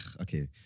Okay